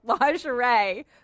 lingerie